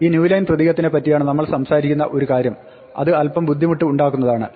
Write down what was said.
ഈ new line പ്രതീകത്തിനെപ്പറ്റിയാണ് നമ്മൾ സംസാരിക്കുന്ന ഒരു കാര്യം അത് അല്പം ബുദ്ധിമുട്ട് ഉണ്ടാക്കുന്നതാണ്